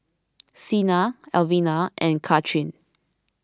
Sina Elvina and Kathryne